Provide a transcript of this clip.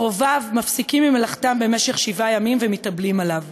קרוביו מפסיקים ממלאכתם במשך שבעה ימים ומתאבלים עליו.